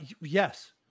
Yes